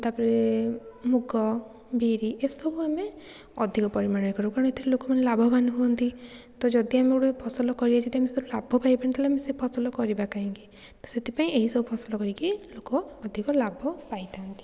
ତା'ପରେ ମୁଗ ବିରି ଏସବୁ ଆମେ ଅଧିକ ପରିମାଣରେ କରୁ କାରଣ ଏଥିରେ ଲୋକମାନେ ଲାଭବାନ ହୁଅନ୍ତି ତ ଯଦି ଆମେ ଗୋଟେ ଫସଲ କରିବା ଲାଭ ପାଇବାନି ତାହେଲେ ଆମେ ସେ ଫସଲ କରିବା କାହିଁକି ତ ସେଥିପାଇଁ ଏହିସବୁ ଫସଲ କରିକି ଲୋକ ଅଧିକ ଲାଭ ପାଇଥାନ୍ତି